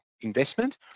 investment